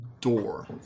door